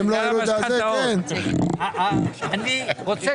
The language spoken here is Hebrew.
אני רוצה